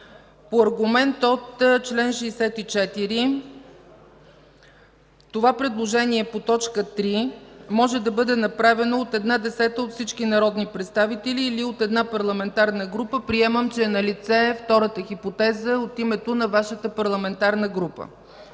По аргумент от чл. 64 това предложение по т. 3 може да бъде направено от една десета от всички народни представители или от една парламентарна група – приемам, че е налице втората хипотеза – от името на Вашата парламентарна група.